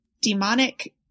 demonic